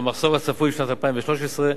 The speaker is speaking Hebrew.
והמחסור הצפוי בשנת 2013,